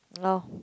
no